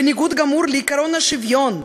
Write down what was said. בניגוד גמור לעקרון השוויון,